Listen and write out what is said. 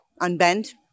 unbend